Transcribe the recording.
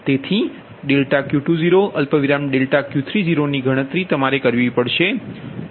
તેથી ∆Q20 ∆Q30ની ગણતરી તમારે કરવી પડશે